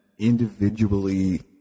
individually